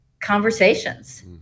conversations